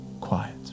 quiet